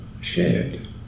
shared